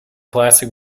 plastic